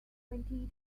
twenty